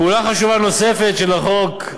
פעולה חשובה נוספת של החוק,